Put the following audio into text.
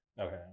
okay